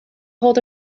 hold